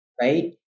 right